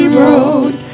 road